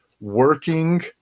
working